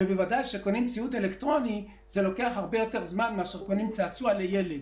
ובוודאי שלקנות ציוד אלקטרוני לוקח הרבה יותר זמן מאשר צעצוע לילד.